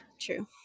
True